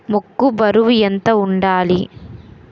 మొక్కొ బరువు ఎంత వుండాలి?